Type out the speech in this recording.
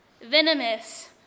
venomous